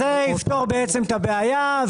זה בעצם יפתור את הבעיה.